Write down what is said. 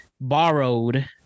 borrowed –